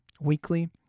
weekly